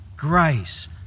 grace